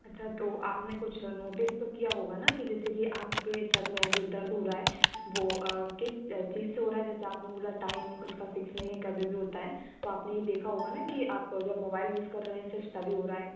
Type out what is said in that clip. अच्छा तो आप ने कुछ नोटिस तो किया होगा ना कि जैसे कि आपके सिर में जो दर्द हो रहा है वो किस चीज़ से हो रहा है जैसे आप ने बोला टाइम उसका फ़िक्स नहीं है कभी भी होता है तो आप ने ये देखा होगा ना कि आप जब मोबाइल यूज़ कर रहे हैं सिर्फ़ तभी हो रहा है